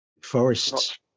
Forests